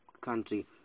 country